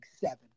seven